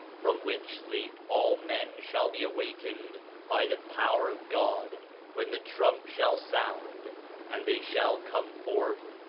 from which sleep all men shall be awakened by the power of god when the trump shall sound and they shall come forth,